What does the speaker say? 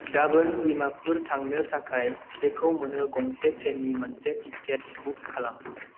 गाबोन दिमापुर थांनो थाखाय जेखौ मोनो गंसे ट्रेननि मोनसे टिकेट बुक खालाम